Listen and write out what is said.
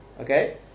Okay